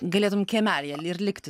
galėtum kiemelyje ir likti